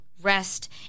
rest